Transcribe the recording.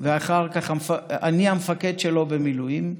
ואחר כך אני הייתי המפקד שלו במילואים,